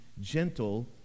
gentle